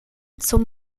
zum